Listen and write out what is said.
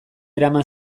eraman